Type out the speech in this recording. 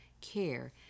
care